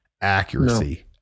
Accuracy